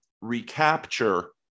recapture